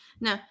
No